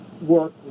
work